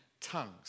tongues